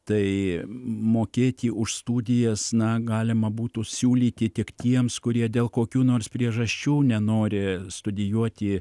tai mokėti už studijas na galima būtų siūlyti tik tiems kurie dėl kokių nors priežasčių nenori studijuoti